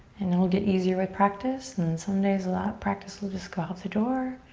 and it'll get easier with practice and some days that practice will just go out the door.